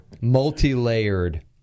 multi-layered